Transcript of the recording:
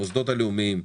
המוסדות הלאומיים,